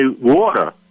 water